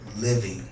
living